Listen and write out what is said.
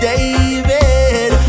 David